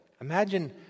Imagine